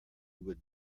would